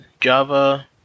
Java